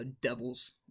Devils